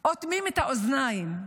אוטמים את האוזניים,